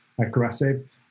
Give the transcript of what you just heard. aggressive